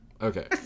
Okay